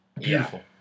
Beautiful